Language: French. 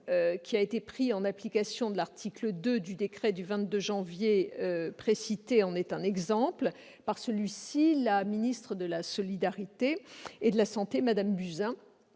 qui a été pris en application de l'article 2-1 du décret du 22 janvier 1959, en est un exemple. Par celui-ci, la ministre des solidarités et de la santé, Mme Agnès